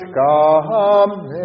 come